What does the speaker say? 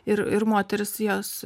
ir ir moterys jos